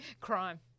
crime